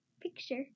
picture